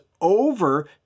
over